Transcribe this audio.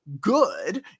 good